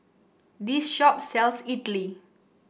this shop sells idly